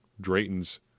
Drayton's